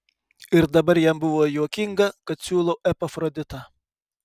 ir dabar jam buvo juokinga kad siūlau epafroditą